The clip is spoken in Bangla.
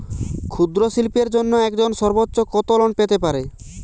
ক্ষুদ্রশিল্পের জন্য একজন সর্বোচ্চ কত লোন পেতে পারে?